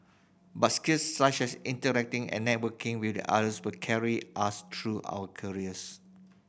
but skills such as interacting and networking with others will carry us through our careers